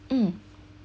mm